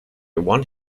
one